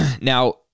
Now